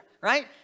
right